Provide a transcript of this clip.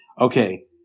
Okay